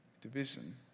division